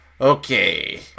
Okay